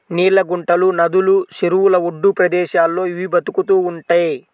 నీళ్ళ గుంటలు, నదులు, చెరువుల ఒడ్డు ప్రదేశాల్లో ఇవి బతుకుతూ ఉంటయ్